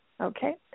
Okay